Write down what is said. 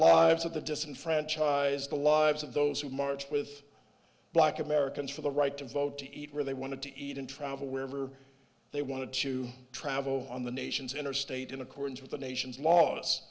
lives of the disenfranchised the lives of those who marched with black americans for the right to vote to eat where they wanted to eat and travel wherever they wanted to travel on the nation's interstate in accordance with the nation's laws